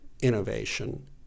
innovation